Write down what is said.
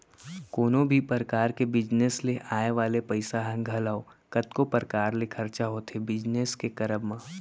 कोनो भी परकार के बिजनेस ले आय वाले पइसा ह घलौ कतको परकार ले खरचा होथे बिजनेस के करब म